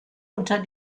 unter